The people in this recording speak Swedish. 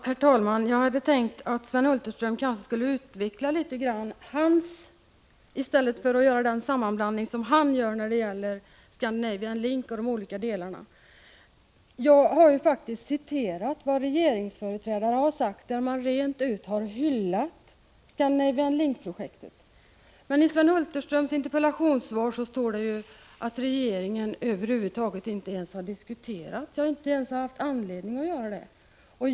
Herr talman! Jag hade hoppats att Sven Hulterström skulle utveckla sina tankar något mer än vad han gjorde när han nämnde Scandinavian Link tillsammans med de andra projektdelarna. Jag har citerat regeringsföreträdare som rent av har hyllat Scandinavian Link-projektet. I Sven Hulterströms interpellationssvar står det dock att regeringen över huvud taget inte har diskuterat frågan — ja, inte ens har haft anledning att göra det.